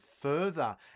further